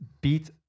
beat